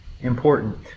important